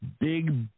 big